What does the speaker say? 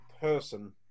person